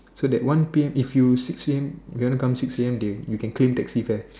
so that one P_M if you six A_M if you want to come six A_M they you can claim taxi fare